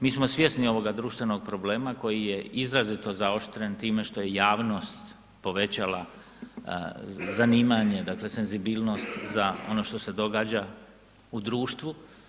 Mi smo svjesni ovoga društvenog problema koji je izrazito zaoštren time što je javnost povećala zanimanje dakle senzibilnost za ono što se događa u društvu.